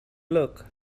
look